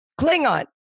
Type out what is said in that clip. Klingon